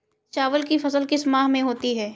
चावल की फसल किस माह में होती है?